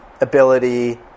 ability